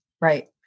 Right